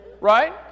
right